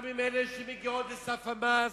גם עם אלה שמגיעות לסף המס,